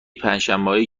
پنجشنبههایی